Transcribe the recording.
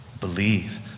believe